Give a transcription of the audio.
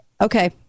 Okay